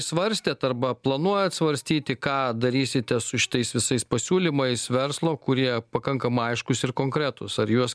svarstėt arba planuojat svarstyti ką darysite su šitais visais pasiūlymais verslo kurie pakankamai aiškūs ir konkretūs ar į juos